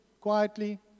Quietly